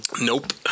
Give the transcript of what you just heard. Nope